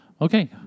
Okay